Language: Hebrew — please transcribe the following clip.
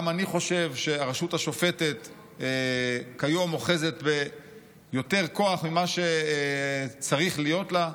גם אני חושב שהרשות השופטת כיום אוחזת ביותר כוח ממה שצריך להיות לה,